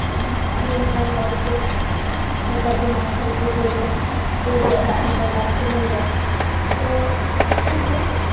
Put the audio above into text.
ᱠᱩᱧ ᱵᱟᱝ ᱱᱚᱞᱠᱩᱯ ᱱᱮᱛᱟᱨ ᱫᱚ ᱢᱟᱨᱥᱟᱞ ᱠᱚ ᱦᱩᱭ ᱠᱟᱱᱟ ᱠᱩᱧ ᱨᱮᱭᱟᱜ ᱫᱟᱜ ᱫᱚ ᱦᱚᱲ ᱵᱟᱝᱠᱚ ᱧᱩᱭᱫᱟ ᱛᱳ ᱴᱷᱤᱠ ᱜᱮᱭᱟ